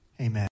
Amen